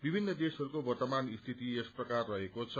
विभित्र देशहरूको वर्तमान स्थिति यसप्रकार रहेको छ